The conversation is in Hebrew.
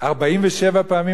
47 פעמים.